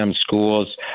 schools